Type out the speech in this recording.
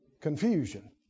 Confusion